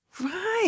Right